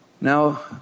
Now